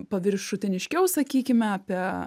paviršutiniškiau sakykime apie